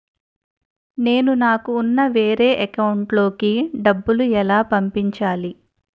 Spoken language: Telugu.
నేను నాకు ఉన్న వేరే అకౌంట్ లో కి డబ్బులు ఎలా పంపించాలి?